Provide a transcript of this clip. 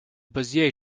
bezier